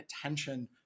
attention